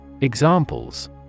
Examples